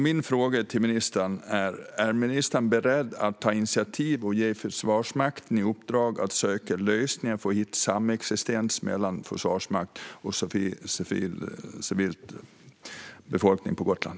Min fråga till ministern är: Är ministern beredd att ta initiativ till att ge Försvarsmakten i uppdrag att söka lösningar för en samexistens mellan Försvarsmakten och civilbefolkningen på Gotland?